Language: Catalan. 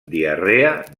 diarrea